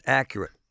accurate